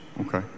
Okay